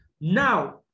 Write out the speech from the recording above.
Now